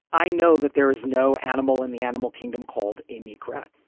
i know that there is no animal in the animal kingdom called a meek rat.